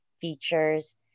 features